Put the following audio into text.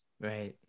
Right